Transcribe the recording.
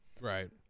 Right